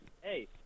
hey